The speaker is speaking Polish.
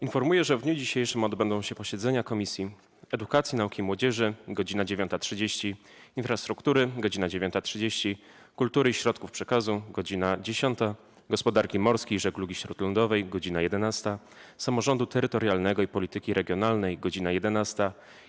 Informuję, że w dniu dzisiejszym odbędą się posiedzenia Komisji: - Edukacji, Nauki i Młodzieży - godz. 9.30, - Infrastruktury - godz. 9.30, - Kultury i Środków Przekazu - godz. 10, - Gospodarki Morskiej i Żeglugi Śródlądowej - godz. 11, - Samorządu Terytorialnego i Polityki Regionalnej - godz. 11,